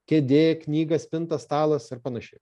kėdė knyga spinta stalas ar panašiai